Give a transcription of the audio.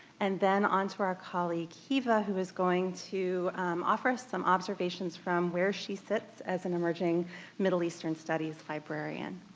and then on to our colleague heeva who is going to offer us some observations from where she sits as an emerging middle eastern studies librarian.